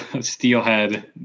Steelhead